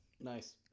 Nice